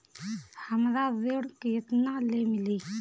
हमरा ऋण केतना ले मिली?